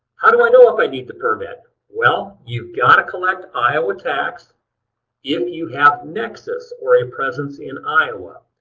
how do i know if i need the permit? well you've got to collect iowa tax if you have nexus or a presence in iowa.